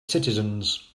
citizens